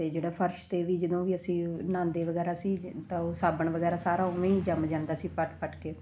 ਅਤੇ ਜਿਹੜਾ ਫਰਸ਼ 'ਤੇ ਵੀ ਜਦੋਂ ਵੀ ਅਸੀਂ ਨਹਾਉਂਦੇ ਵਗੈਰਾ ਸੀ ਜ ਤਾਂ ਉਹ ਸਾਬਣ ਵਗੈਰਾ ਸਾਰਾ ਉਵੇਂ ਹੀ ਜੰਮ ਜਾਂਦਾ ਸੀ ਫਟ ਫਟ ਕੇ